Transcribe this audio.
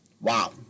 Wow